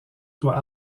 doit